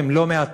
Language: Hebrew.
הן לא מעטות,